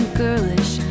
girlish